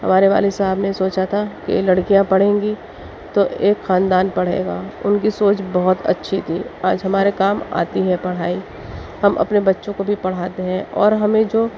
ہمارے والد صاحب نے سوچا تھا کہ لڑکیاں پڑھیں گی تو ایک خاندان پڑھے گا ان کی سوچ بہت اچّھی تھی آج ہمارے کام آتی ہے پڑھائی ہم اپنے بچوں کو بھی پڑھاتے ہیں اور ہمیں جو